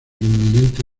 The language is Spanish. inminente